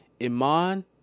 Iman